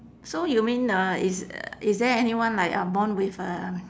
so you mean uh is uh is there anyone like uh born with a